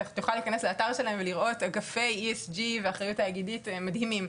אתה יכול להיכנס לאתר שלהם ולראות היקפי ESG ואחריות תאגידית מדהימים,